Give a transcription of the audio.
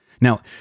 Now